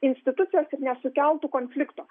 institucijos ir nesukeltų konflikto